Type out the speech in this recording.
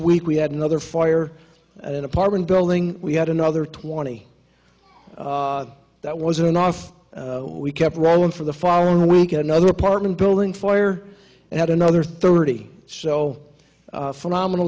week we had another fire at an apartment building we had another twenty that wasn't enough we kept rolling for the following we'll get another apartment building fire and add another thirty so phenomenal